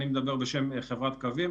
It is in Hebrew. אני מדבר בשם חברת "קוים".